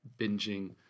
binging